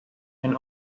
and